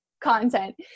content